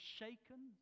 shaken